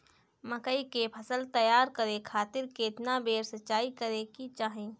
मकई के फसल तैयार करे खातीर केतना बेर सिचाई करे के चाही?